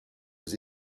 aux